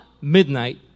midnight